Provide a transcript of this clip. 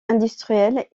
industrielle